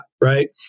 right